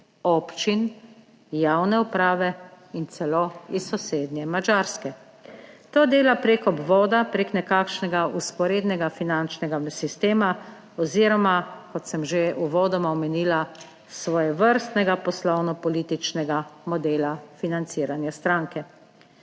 občin, javne uprave in celo iz sosednje Madžarske. To dela prek obvoda, preko nekakšnega vzporednega finančnega sistema oziroma kot sem že uvodoma omenila, svojevrstnega poslovno političnega modela financiranja stranke.